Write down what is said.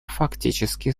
фактически